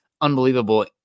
unbelievable